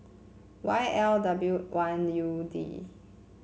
Y L W one U D